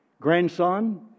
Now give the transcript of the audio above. grandson